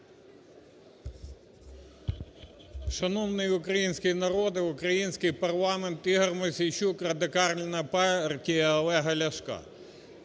Шановний український народе, український парламент! ІгорМосійчук Радикальна партія Олега Ляшка.